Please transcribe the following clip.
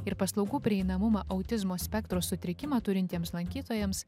ir paslaugų prieinamumą autizmo spektro sutrikimą turintiems lankytojams